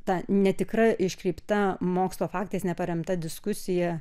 ta netikra iškreipta mokslo faktais neparemta diskusija